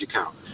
account